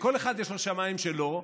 וכל אחד יש לו שמיים שלו,